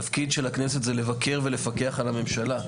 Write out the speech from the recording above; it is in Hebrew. תפקיד של הכנסת זה לבקר ולפקח על הממשלה.